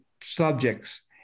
subjects